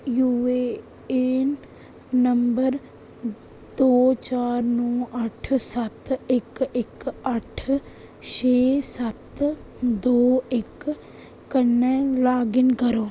यूएइन्न number दो चार नौ अट्ठ सत्त इक्क इक्क अट्ठ छे सत्त दो इक कन्नै लाग इन करो